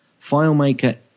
FileMaker